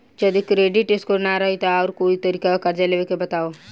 जदि credit score ना रही त आऊर कोई तरीका कर्जा लेवे के बताव?